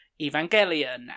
Evangelion